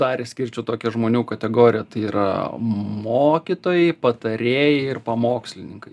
dar išskirčiau tokią žmonių kategoriją tai yra mokytojai patarėjai ir pamokslininkai